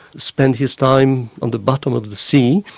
spent his time on the bottom of the sea.